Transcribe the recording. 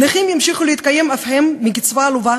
נכים ימשיכו להתקיים אף הם מקצבה עלובה